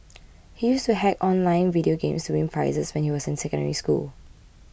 he used to hack online video games to win prizes when he was in Secondary School